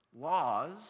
laws